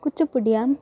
कुच्चुपिड्यां